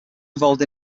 involved